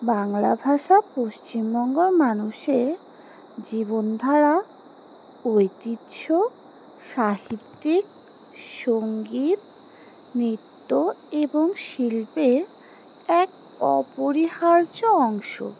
বাংলা ভাষা পশ্চিমবঙ্গর মানুষের জীবনধারা ঐতিহ্য সাহিত্যিক সঙ্গীত নৃত্য এবং শিল্পের এক অপরিহার্য অংশ